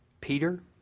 Peter